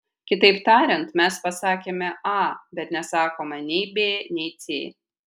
kitaip tariant mes pasakėme a bet nesakome nei b nei c